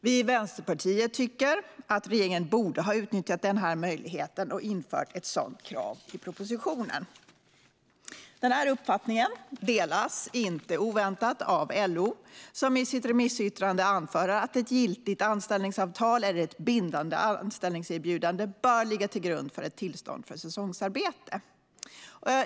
Vi i Vänsterpartiet tycker att regeringen borde ha utnyttjat den här möjligheten och infört ett sådant krav i propositionen. Den uppfattningen delas, inte oväntat, av LO som i sitt remissyttrande anförde att ett giltigt anställningsavtal eller ett bindande anställningserbjudande bör ligga till grund för ett tillstånd för säsongsarbete.